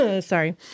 Sorry